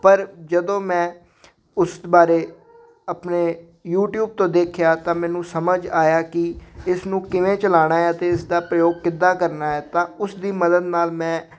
ਪਰ ਜਦੋਂ ਮੈਂ ਉਸ ਬਾਰੇ ਆਪਣੇ ਯੂਟਿਊਬ ਤੋਂ ਦੇਖਿਆ ਤਾਂ ਮੈਨੂੰ ਸਮਝ ਆਇਆ ਕਿ ਇਸ ਨੂੰ ਕਿਵੇਂ ਚਲਾਉਣਾ ਅਤੇ ਇਸਦਾ ਪ੍ਰਯੋਗ ਕਿੱਦਾਂ ਕਰਨਾ ਹੈ ਤਾਂ ਉਸਦੀ ਮਦਦ ਨਾਲ ਮੈਂ